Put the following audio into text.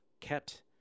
kept